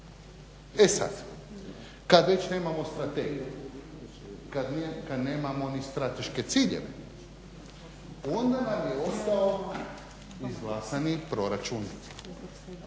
E sad kad već nemamo strategiju, kad nemamo ni strateške ciljeve, onda nam je ostao izglasani proračun